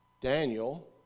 Daniel